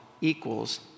equals